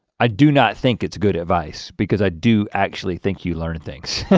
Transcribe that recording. i do not think it's good advice, because i do actually think you learn things.